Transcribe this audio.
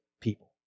people